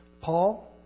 Paul